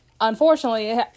unfortunately